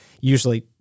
usually